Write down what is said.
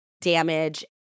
damage